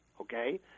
okay